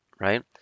right